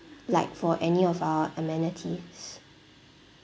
like for any of our amenities